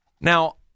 Now